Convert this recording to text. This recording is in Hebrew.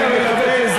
אני לא מתכוון לתת לזה,